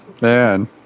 Man